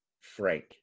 Frank